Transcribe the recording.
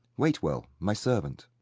waitwell, my servant.